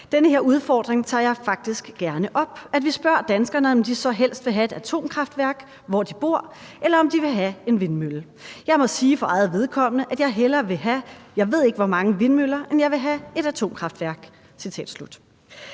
den her udfordring tager jeg faktisk gerne op, altså at vi spørger danskerne, om de så helst vil have et atomkraftværk der, hvor de bor, eller om de vil have en vindmølle. Jeg må sige for mit eget vedkommende, at jeg hellere vil have jeg ved ikke, hvor mange vindmøller, end jeg vil have et atomkraftværk